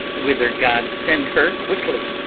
whither god send her quickly!